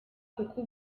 kuko